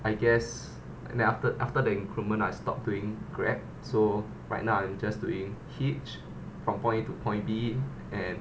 I guess and then after after the increment I stop doing grab so right now I'm just doing hitch from point A to point B and